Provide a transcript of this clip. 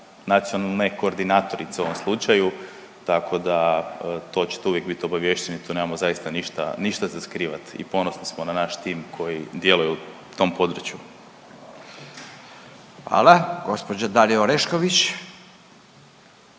nacionalne koordinatorice u ovom slučaju, tako da, to ćete uvijek biti obaviješteni, tu nemamo zaista ništa, ništa za skrivati i ponosni smo na naš tim koji djeluje u tom području. **Radin, Furio